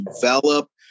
develop